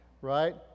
right